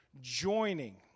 joining